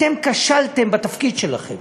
אתם כשלתם בתפקיד שלכם,